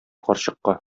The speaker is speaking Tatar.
карчыкка